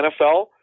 NFL